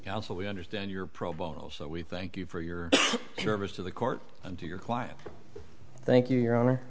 now so we understand you're pro bono so we thank you for your service to the court and to your client thank you your honor